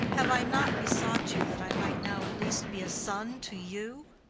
have i not besought you that i might now at least be a son to you?